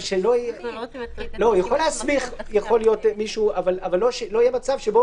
יכול להסמיך מישהו אבל שלא יהיה מצב שבו